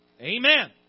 Amen